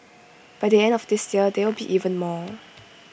by the end of this year there will be even more